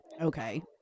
Okay